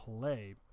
play